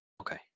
Okay